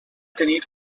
tenir